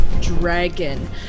dragon